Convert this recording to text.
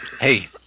Hey